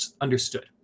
understood